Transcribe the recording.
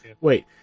Wait